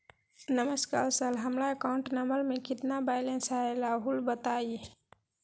नमस्कार सर हमरा account number में कितना बैलेंस हेई राहुर बताई?